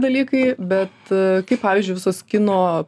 dalykai bet kaip pavyzdžiui visus kino